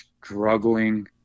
struggling